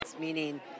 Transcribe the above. meaning